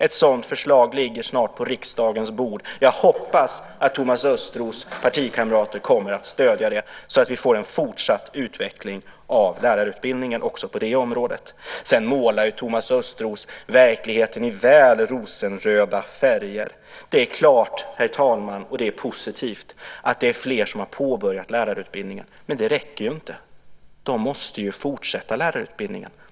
Ett sådant förslag ligger snart på riksdagens bord. Jag hoppas att Thomas Östros partikamrater kommer att stödja det, så att vi får en fortsatt utveckling av lärarutbildningen också på det området. Sedan målar Thomas Östros verkligheten i väl rosenröda färger. Det är klart, herr talman, och det är positivt, att det är fler som har påbörjat lärarutbildningen. Men det räcker ju inte. De måste ju fortsätta lärarutbildningen.